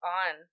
on